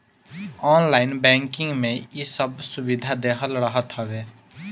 online banking में इ सब सुविधा देहल रहत हवे